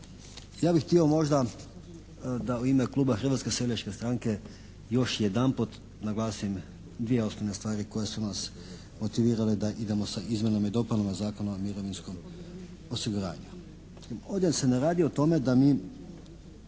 Ja bih htio možda da u ime kluba Hrvatske seljačke stranke još jedanput naglasim dvije osnovne stvari koje su nas motivirale da idemo sa izmjenama i dopunama Zakona o mirovinskom osiguranju. Ovdje se ne radi o tome da mi